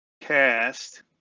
cast